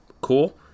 cool